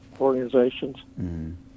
organizations